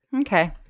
Okay